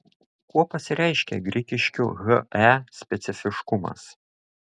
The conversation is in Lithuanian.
kuo pasireiškia grigiškių he specifiškumas